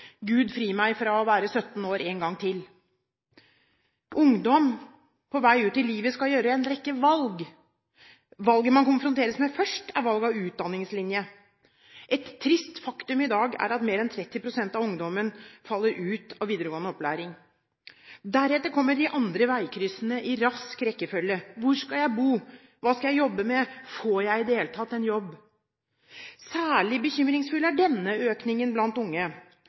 Gud fri meg fra å være 17 år en gang til. Ungdom på vei ut i livet skal gjøre en rekke valg. Valget man konfronteres med først, er valg av utdanningslinje. Et trist faktum i dag er at mer enn 30 pst. av ungdommen faller ut av videregående opplæring. Deretter kommer de andre veikryssene i rask rekkefølge: Hvor skal jeg bo? Hva skal jeg jobbe med? Får jeg i det hele tatt en jobb? Særlig bekymringsfull er denne økningen blant unge: